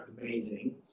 amazing